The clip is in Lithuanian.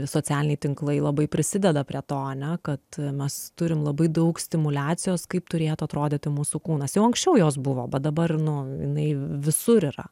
socialiniai tinklai labai prisideda prie to ane kad mes turim labai daug stimuliacijos kaip turėtų atrodyti mūsų kūnas jau anksčiau jos buvo bet dabar nu jinai visur yra